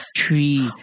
tree